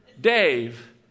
Dave